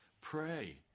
Pray